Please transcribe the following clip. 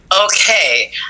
Okay